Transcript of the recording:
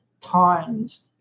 times